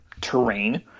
terrain